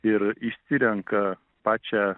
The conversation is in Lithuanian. ir išsirenka pačią